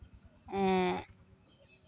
ᱮᱸᱜᱻ